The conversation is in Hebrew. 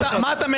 עמית הלוי.